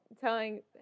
telling